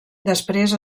després